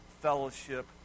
fellowship